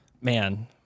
Man